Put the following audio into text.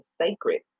sacred